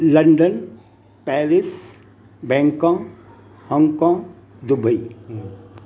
London Paris Bangkok Hong Kong Dubai